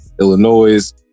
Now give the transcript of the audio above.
Illinois